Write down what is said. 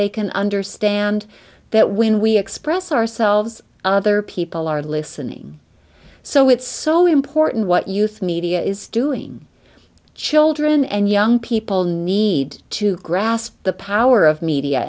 they can understand that when we express ourselves other people are listening so it's so important what youth media is doing children and young people need to grasp the power of media